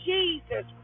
Jesus